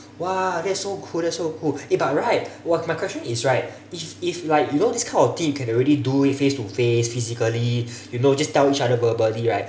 !wah! that's so cool that's so cool eh but right my question is right if if like you know this kind of thing you can already do it face to face physically you know just tell each other verbally right